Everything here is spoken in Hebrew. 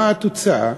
מה התוצאה?